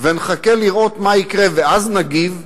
ונחכה לראות מה יקרה ואז נגיב,